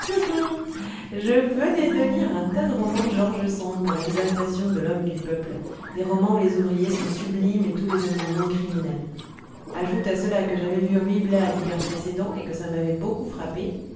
je venais de lire un tas de romans de george sand pour l'exaltation de l'homme du peuple des romans où les ouvriers sont sublimes et tous les hommes du monde criminels ajoute à cela que j'avais vu ruy blas l'hiver précédent et que ça m'avait beaucoup frappée